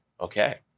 okay